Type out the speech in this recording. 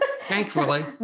Thankfully